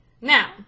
Now